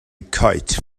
kite